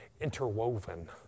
interwoven